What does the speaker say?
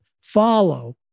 follow